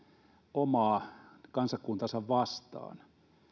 omaa kansakuntaansa vastaan